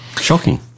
Shocking